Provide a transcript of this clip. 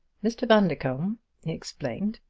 mr. bundercombe, he explained,